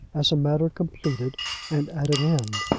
as a matter completed and at an end.